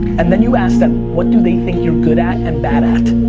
and then you ask them, what do they think you're good at and bad at.